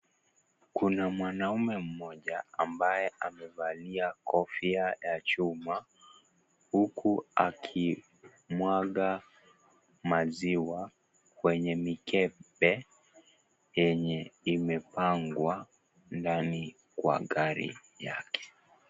Kuna mwanaume mmoja ambaye amevalia kofia ya chuma huku akimwaga maziwa kwenye mikembe yenye imepangwa ndani kwa gari yake.